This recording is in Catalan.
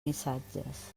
missatges